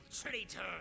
traitor